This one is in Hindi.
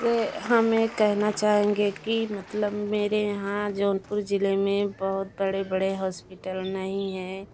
ये हम ये कहना चाहेंगे कि मतलब मेरे यहाँ जौनपुर जिले में बहुत बड़े बड़े हॉस्पिटल नहीं है